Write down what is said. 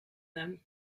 them